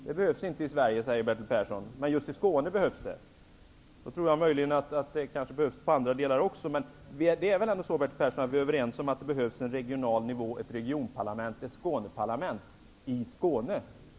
Bertil Persson sade att det inte behövs någon sådan i Sverige förutom just i Skåne. Jag trodde möjligen att det kunde behövas regionala nivåer också på andra håll. Men nog är vi väl överens om, Bertil Persson, att det behövs ett regionparlament, ett Skåneparlament i Skåne?